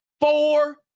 four